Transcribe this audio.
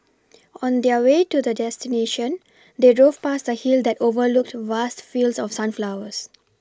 on their way to their destination they drove past a hill that overlooked vast fields of sunflowers